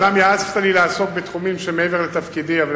אומנם יעצת לי לעסוק בתחומים שמעבר לתפקידי אבל